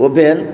oven